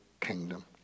kingdom